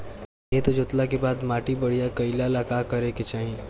खेत जोतला के बाद माटी बढ़िया कइला ला का करे के चाही?